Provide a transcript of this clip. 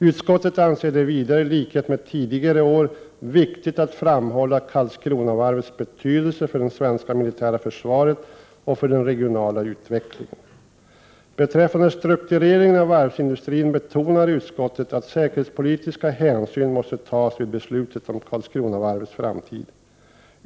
Utskottet anser i likhet med tidigare år att det är viktigt att framhålla Karlskronavarvets betydelse för det svenska militära försvaret och för den regionala utvecklingen. Beträffande struktureringen av varvsindustrin betonar utskottet att säkerhetspolitiska hänsyn måste tas vid beslut om Karlskronavarvets framtid.